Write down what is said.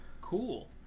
Cool